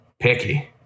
picky